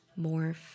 morph